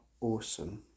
awesome